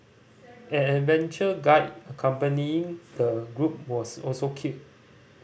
an adventure guide accompanying the group was also killed